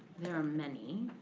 there are many.